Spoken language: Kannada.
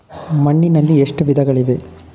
ಮಣ್ಣಿನಲ್ಲಿ ಎಷ್ಟು ವಿಧಗಳಿವೆ?